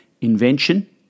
invention